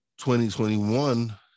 2021